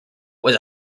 was